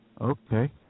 Okay